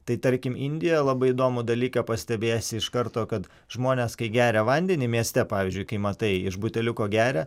tai tarkim indija labai įdomų dalyką pastebėsi iš karto kad žmonės kai geria vandenį mieste pavyzdžiui kai matai iš buteliuko geria